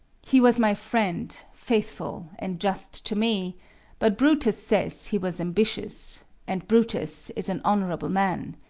he was my friend, faithful and just to me but brutus says he was ambitious and brutus is an honorable man.